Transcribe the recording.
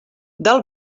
del